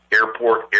Airport